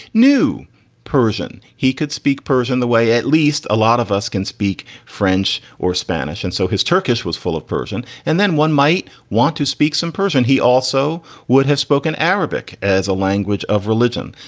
new persian, he could speak persian the way at least a lot of us can speak french or spanish. and so his turkish was full of persian and then one might want to speak some persian. he also would have spoken arabic as a language of religion.